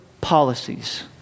policies